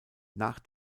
nach